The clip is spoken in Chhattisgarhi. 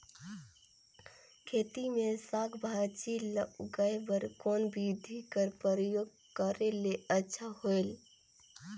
खेती मे साक भाजी ल उगाय बर कोन बिधी कर प्रयोग करले अच्छा होयल?